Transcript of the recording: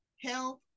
health